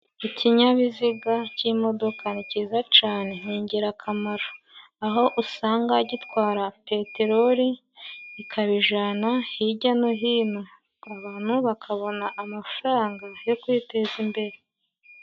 Ikinyabiziga c'imodoka ni ciza cane, ni ingirakamaro. Aho usanga gitwara peteroli, ikabijana hijya no hino. Abantu bakabona amafaranga yo kwiteza imbere.